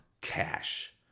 cash